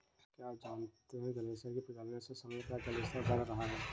क्या आप जानते है ग्लेशियर के पिघलने से समुद्र का जल स्तर बढ़ रहा है?